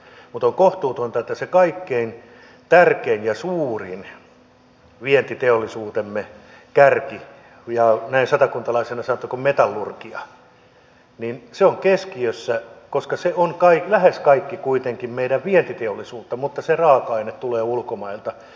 on kohtuutonta että se kaikkein tärkein ja suurin vientiteollisuutemme kärki näin satakuntalaisena sanottakoon metallurgia on keskiössä koska se on lähes kaikki kuitenkin meidän vientiteollisuuttamme mutta se raaka aine tulee ulkomailta